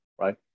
right